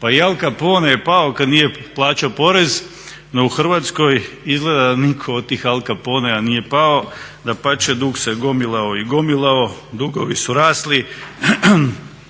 pa i Al Capone je pao kada nije plaćao porez, no u Hrvatskoj izgleda da nitko Al Caponea nije pao, dapače, dug se gomilao i gomilao, dugovi su rasli